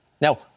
Now